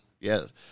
yes